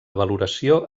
valoració